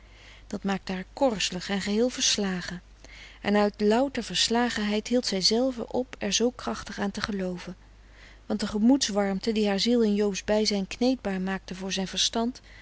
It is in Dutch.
dit maakte haar korzelig en geheel verslagen en uit louter verslagenheid hield zij zelve op er zoo krachtig aan te gelooven want de gemoedswarmte die haar ziel in joobs bijzijn kneedbaar maakte voor zijn verstand